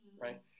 right